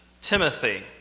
Timothy